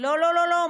לא לא לא.